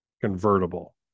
convertible